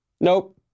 nope